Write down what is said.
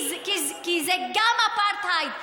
כי זה גם אפרטהייד,